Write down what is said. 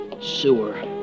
Sewer